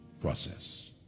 process